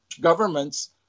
governments